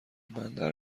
بندر